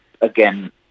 Again